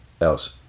else